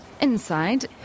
Inside